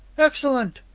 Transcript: excellent.